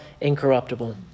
incorruptible